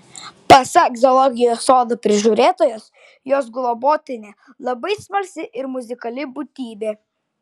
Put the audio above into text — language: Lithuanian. pasak zoologijos sodo prižiūrėtojos jos globotinė labai smalsi ir muzikali būtybė